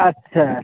अच्छा अच्छा